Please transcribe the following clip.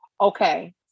Okay